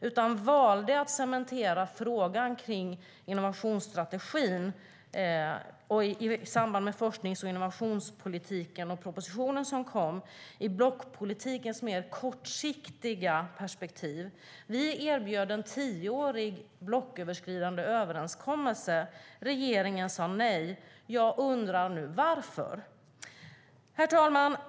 Man valde att cementera frågan kring innovationsstrategin, i samband med forsknings och innovationspolitiken och propositionen som kom, i blockpolitikens mer kortsiktiga perspektiv. Vi erbjöd en tioårig blocköverskridande överenskommelse. Regeringen sade nej. Jag undrar nu: Varför? Herr talman!